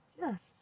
yes